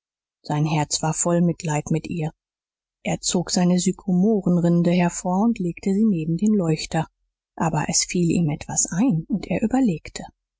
sein herz war voll mitleid mit ihr er zog seine sykomorenrinde hervor und legte sie neben den leuchter aber es fiel ihm etwas ein und er überlegte